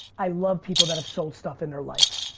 i love people that have sold stuff in their life.